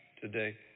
today